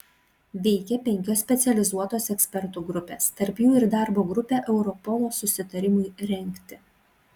veikė penkios specializuotos ekspertų grupės tarp jų ir darbo grupė europolo susitarimui rengti